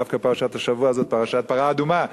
דווקא פרשת השבוע זאת פרשת פרה אדומה.